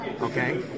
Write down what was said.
Okay